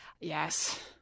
Yes